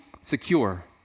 secure